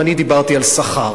ואני דיברתי על שכר.